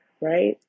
right